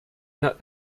not